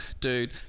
Dude